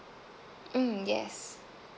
mm yes